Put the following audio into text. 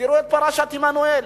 תראו את פרשת עמנואל.